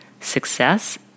success